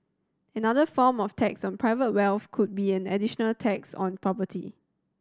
another form of tax on private wealth could be an additional tax on property